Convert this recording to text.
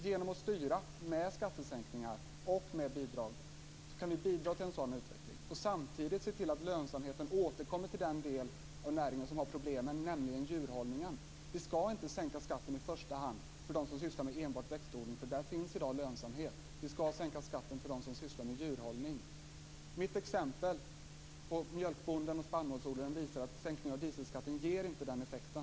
Genom att styra med skattesänkningar och med bidrag kan vi bidra till en sådan utveckling och samtidigt se till att lönsamheten återkommer till den del av näringen som har problem, nämligen djurhållningen. Vi skall inte sänka skatten i första hand för dem som sysslar med enbart växtodling. Där finns i dag lönsamhet. Vi skall sänka skatten för dem som sysslar med djurhållning. Mitt exempel på mjölkbonden och spannmålsodlaren visar att sänkning av dieselskatten inte ger den effekten.